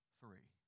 three